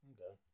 Okay